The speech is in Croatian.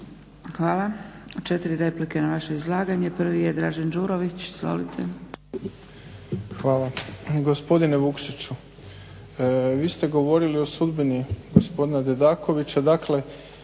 Hvala, četiri replike na vaše izlaganje. Prvi je Dražen Đurović, izvolite. **Đurović, Dražen (HDSSB)** Hvala. Gospodine Vukšiću, vi ste govorili o sudbini gospodina Dedakovića,